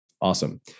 Awesome